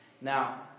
Now